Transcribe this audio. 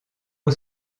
eau